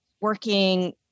working